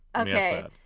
okay